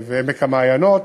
ועמק-המעיינות,